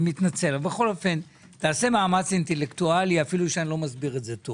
בכל אופן תעשה מאמץ אינטלקטואלי אפילו שאני לא מסביר טוב.